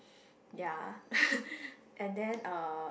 ya and then uh